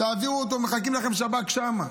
תעבירו אותו, מחכים לכם שב"כ שם.